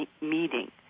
meeting